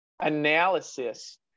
Analysis